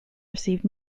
received